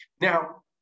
Now